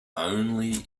only